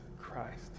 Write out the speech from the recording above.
Christ